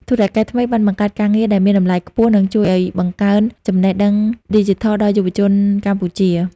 ធុរកិច្ចថ្មីបានបង្កើតការងារដែលមានតម្លៃខ្ពស់ និងជួយបង្កើនចំណេះដឹងឌីជីថលដល់យុវជនកម្ពុជា។